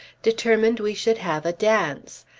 determined we should have a dance.